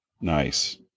nice